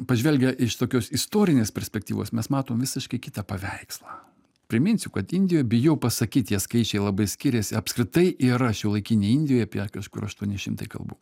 pažvelgę iš tokios istorinės perspektyvos mes matom visiškai kitą paveikslą priminsiu kad indijoj bijau pasakyt tie skaičiai labai skiriasi apskritai yra šiuolaikinėj indijoj apie kažkur aštuoni šimtai kalbų